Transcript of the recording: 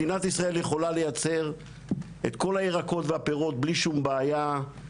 מדינת ישראל יכולה לייצר את כל הירקות והפירות בלי שום בעיה,